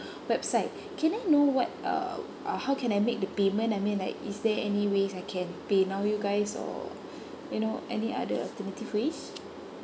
website can I know what uh uh how can I make the payment I mean like is there any ways I can pay now you guys or you know any other alternative ways